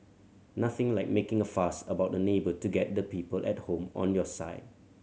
nothing like making a fuss about a neighbour to get the people at home on your side